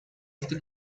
este